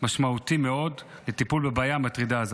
משמעותי מאוד לטיפול בבעיה המטרידה הזאת.